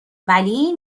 ولی